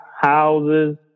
houses